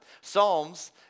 Psalms